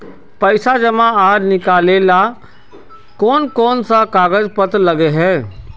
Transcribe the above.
पैसा जमा आर निकाले ला कोन कोन सा कागज पत्र लगे है?